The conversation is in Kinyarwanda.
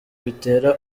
bitera